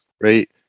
right